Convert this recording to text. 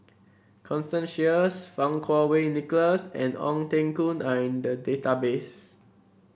Constance Sheares Fang Kuo Wei Nicholas and Ong Teng Koon are in the database